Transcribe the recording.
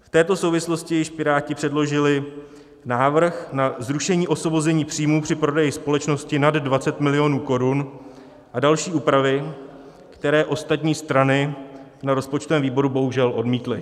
V této souvislosti již Piráti předložili návrh na zrušení osvobození příjmů při prodeji společnosti nad 20 milionů korun a další úpravy, které ostatní strany na rozpočtovém výboru bohužel odmítly.